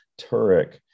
Turek